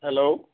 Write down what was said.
hello